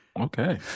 Okay